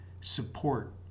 support